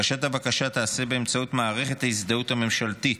הגשת הבקשה תיעשה באמצעות מערכת ההזדהות הממשלתית,